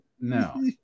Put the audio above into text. No